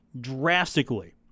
drastically